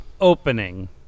opening